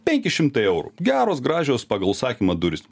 penki šimtai eurų geros gražios pagal užsakymą durys